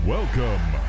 Welcome